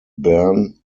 bern